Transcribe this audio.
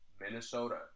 Minnesota